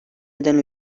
eden